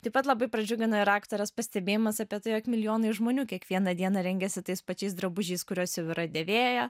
taip pat labai pradžiugina ir aktorės pastebėjimas apie tai jog milijonai žmonių kiekvieną dieną rengiasi tais pačiais drabužiais kuriuos jau yra dėvėję